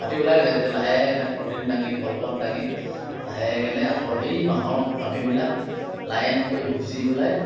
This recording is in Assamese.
ফাটি ওলাই গৈছে তেতিয়া লাহেকৈ পলিথিন দাঙি কলপাত দাঙি লাহেকৈনে আকৌ সেই বাঁহৰ কামিবিলাক লাইন কৰি গোঁজি পেলাই